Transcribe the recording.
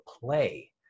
play